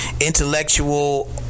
intellectual